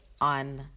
on